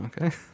Okay